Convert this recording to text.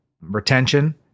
retention